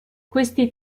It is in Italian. questi